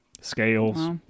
scales